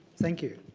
thank you.